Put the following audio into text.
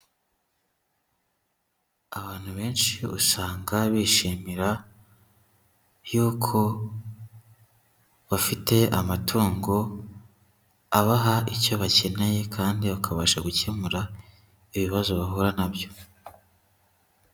Abantu benshi usanga bishimira yuko bafite amatungo abaha icyo bakeneye kandi bakabasha gukemura ibibazo bahura nabyo.